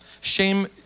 Shame